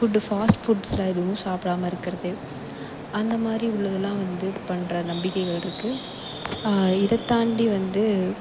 food fast foods எதுவும் சாப்பிடாமல் இருக்கிறது அந்த மாதிரி உள்ளதெலாம் வந்து பண்ணுற நம்பிக்கைகள் இருக்குது இதைத் தாண்டி வந்து